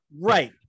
Right